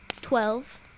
Twelve